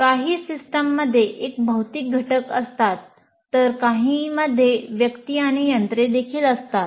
काही सिस्टीममध्ये फक्त भौतिक घटक असतात तर काहींमध्ये व्यक्ती आणि यंत्रे देखील असतात